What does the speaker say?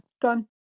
Done